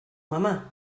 mamá